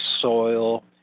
soil